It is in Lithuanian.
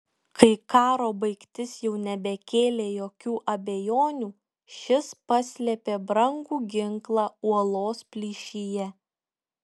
kai karo baigtis jau nebekėlė jokių abejonių šis paslėpė brangų ginklą uolos plyšyje